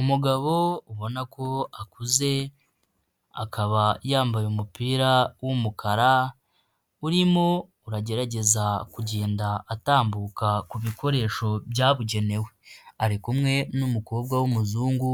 Umugabo ubona ko akuze akaba yambaye umupira w'umukara urimo uragerageza kugenda atambuka ku bikoresho byabugenewe, ari kumwe n'umukobwa w'umuzungu